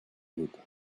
hookahs